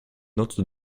note